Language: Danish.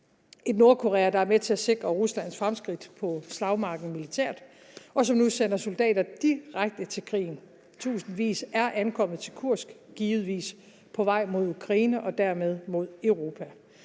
et Nordkorea, der er med til at sikre Ruslands fremskridt på slagmarken militært, og som nu sender soldater direkte til krigen. Tusindvis er ankommet til Kursk, givetvis på vej mod Ukraine og dermed mod Europa.